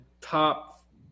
top